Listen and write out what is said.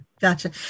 gotcha